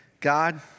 God